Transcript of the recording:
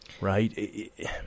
right